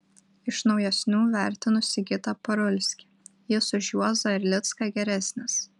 iš naujesnių vertinu sigitą parulskį jis už juozą erlicką geresnis